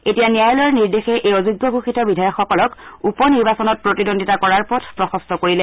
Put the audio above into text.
এতিয়া ন্যায়ালয়ৰ নিৰ্দেশে এই অযোগ্য ঘোষিত বিধায়কসকলক উপ নিৰ্বাচনত প্ৰতিদ্বন্দ্বিতা কৰাৰ পথ প্ৰশস্ত কৰিলে